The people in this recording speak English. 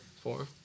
four